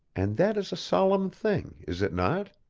and that is a solemn thing is it not?